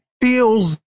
feels